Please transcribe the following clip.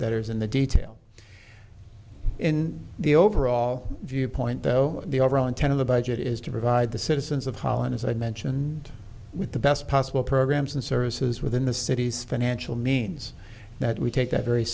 in the detail in the overall viewpoint though the overall intent of the budget is to provide the citizens of holland as i mentioned with the best possible programs and services within the city's financial means that we take that very